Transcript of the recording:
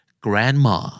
Grandma